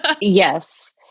Yes